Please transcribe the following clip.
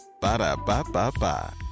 Ba-da-ba-ba-ba